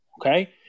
okay